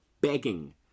begging